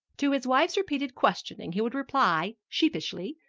to his wife's repeated questioning he would reply, sheepishly,